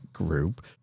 Group